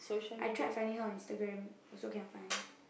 I tried finding her on Instagram also cannot find